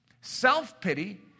Self-pity